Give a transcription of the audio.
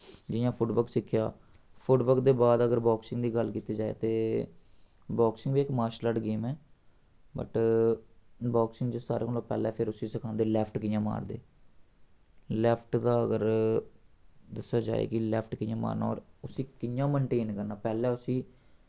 जि'यां foot work सिक्खेआ foot work दे बाद अगर बाक्सिंग दी गल्ल कीती जाए ते बाक्सिंग बी इक मार्शल आर्ट गेम ऐ बट बाक्सिंग च सारें कोला पैह्लें फिर उस्सी सखांदे लैफ्ट कि'यां मारदे लैफ्ट दा अगर दस्सेआ जाए कि लैफ्ट कि'यां मारना और उस्सी कि'यां मेनटेन करना पैह्लें उस्सी